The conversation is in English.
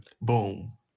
Boom